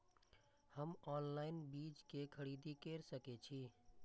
हम ऑनलाइन बीज के खरीदी केर सके छी?